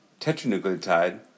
tetranucleotide